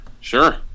Sure